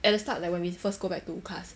at the start like when we first go back to class